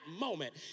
moment